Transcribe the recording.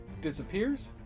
disappears